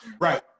Right